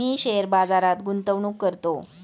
मी share बाजारात गुंतवणूक करतो